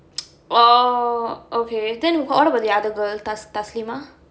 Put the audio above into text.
orh okay then what about the other girl thasleema